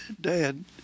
Dad